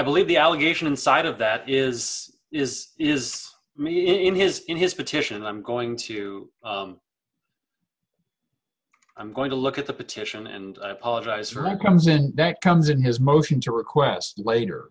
believe the allegation inside of that is is is me in his in his petition i'm going to i'm going to look at the petition and apologize one comes in that comes in his motion to request later